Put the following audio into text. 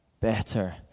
better